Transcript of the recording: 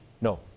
No